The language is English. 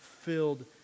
filled